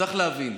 צריך להבין,